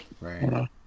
Right